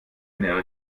ernähre